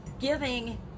giving